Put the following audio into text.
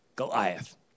Goliath